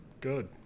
Good